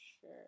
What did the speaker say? sure